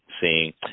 seeing